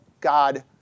God